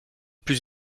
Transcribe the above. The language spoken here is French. plus